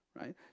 right